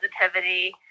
positivity